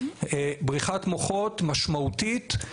בריחת מוחות משמעותית,